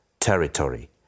territory